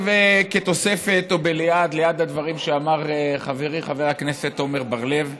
כתוספת או ליד הדברים שאמר חברי חבר הכנסת עמר בר-לב,